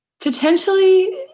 potentially